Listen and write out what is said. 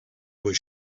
was